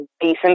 decent